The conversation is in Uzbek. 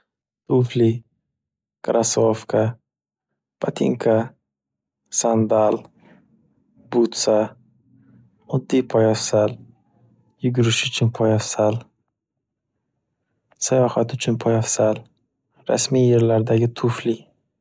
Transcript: Tufli, krosovka, potinka, sandal, butsa, oddiy poyafsal, yugurish uchun poyafsal, sayohat uchun poyafsal, rasmiy yerlardagi tufli.